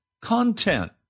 content